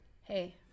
Hey